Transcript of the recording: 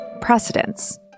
precedents